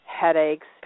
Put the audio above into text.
headaches